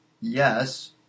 yes